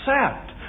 accept